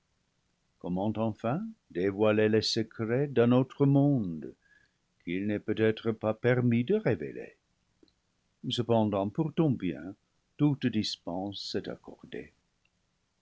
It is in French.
comment enfin dévoiler les secrets d'un autre monde qu'il n'est peut-être pas permis de révéler cepen dant pour ton bien toute dispense est accordée